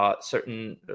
Certain